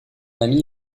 ami